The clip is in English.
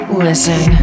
listen